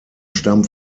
stamm